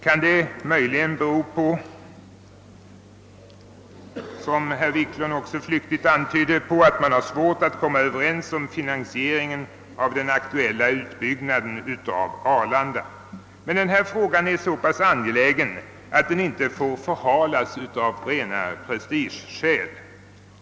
Kan det möjligen bero på, som herr Wiklund i Stockholm flyktigt antydde, att man har svårt att komma överens om finansieringen av den aktuella utbyggnaden av Arlanda? Denna fråga är emellertid så angelägen att den inte får förhalas av rena prestigeskäl.